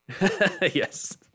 yes